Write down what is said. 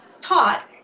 taught